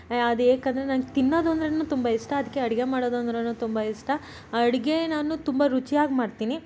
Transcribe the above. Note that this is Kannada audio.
ಅದು ಏಕೆಂದ್ರೆ ನಂಗೆ ತಿನ್ನೋದು ಅಂದರೇನು ತುಂಬ ಇಷ್ಟ ಅದಕ್ಕೆ ಅಡುಗೆ ಮಾಡೋದು ಅಂದ್ರೂ ತುಂಬ ಇಷ್ಟ ಅಡುಗೆ ನಾನು ತುಂಬ ರುಚಿಯಾಗಿ ಮಾಡ್ತೀನಿ